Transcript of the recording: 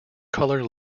colour